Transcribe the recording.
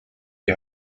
die